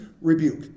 rebuke